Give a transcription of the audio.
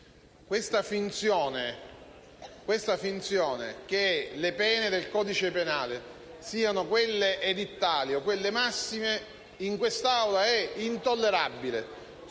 La finzione che le pene del codice penale siano quelle edittali o quelle massime è intollerabile